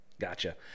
gotcha